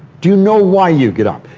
do you know why you get up?